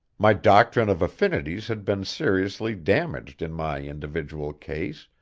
my doctrine of affinities had been seriously damaged in my individual case,